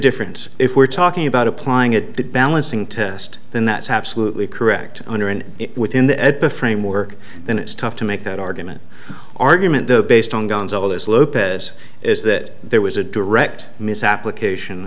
difference if we're talking about applying it balancing test then that's absolutely correct under and within the ed the framework then it's tough to make that argument argument though based on guns all this lopez is that there was a direct misapplication